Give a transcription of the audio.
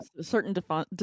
certain